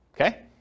Okay